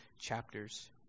chapters